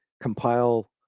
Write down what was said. compile